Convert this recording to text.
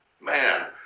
man